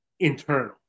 internal